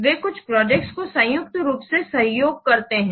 वे कुछ प्रोजेक्ट्स को संयुक्त रूप से सहयोग करते हैं